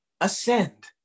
ascend